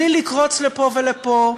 בלי לקרוץ לפה ולפה,